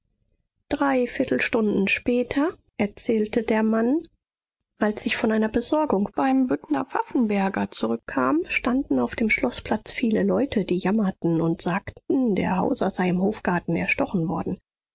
drei viertelstunden später erzählte der mann als ich von einer besorgung beim büttner pfaffenberger zurückkam standen auf dem schloßplatz viele leute die jammerten und sagten der hauser sei im hofgarten erstochen worden